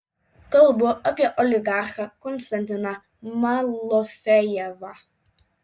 kalbu apie oligarchą konstantiną malofejevą